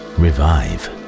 revive